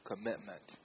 Commitment